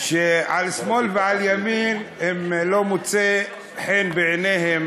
שעל שמאל ועל ימין כשלא מוצאת חן בעיניהם